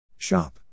Shop